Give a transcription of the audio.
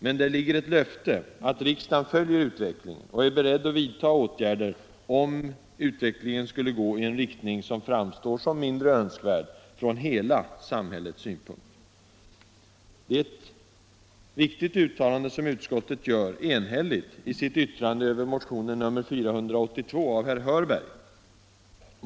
Men där ligger ett löfte att riksdagen följer utvecklingen och är beredd att vidta åtgärder om den skulle gå i en riktning som framstår som mindre önskvärd från hela samhällets synpunkt. Det är ett viktigt uttalande som utskottet gör — enhälligt — i sitt yttrande över motionen nr 482 av herr Hörberg.